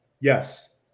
Yes